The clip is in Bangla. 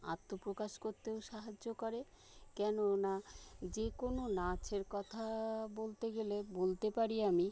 আত্মপ্রকাশ করতেও সাহায্য করে কেননা যে কোনো নাচের কথা বলতে গেলে বলতে পারি আমি